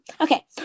okay